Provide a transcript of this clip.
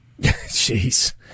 Jeez